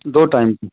दो टाइम